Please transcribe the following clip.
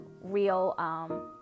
real